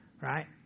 right